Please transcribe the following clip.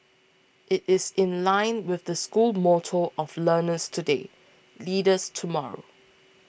it is in line with the school motto of learners today leaders tomorrow